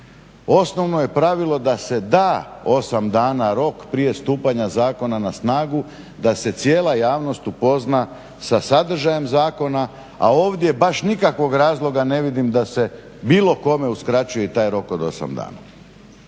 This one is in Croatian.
Osnovno je pravilo da se da osam dana rok prije stupanja zakona na snagu, da se cijela javnost upozna sa sadržajem zakona, a ovdje baš nikakvog razloga ne vidim da se bilo kome uskraćuje i taj rok od 8 dana.